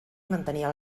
mantenia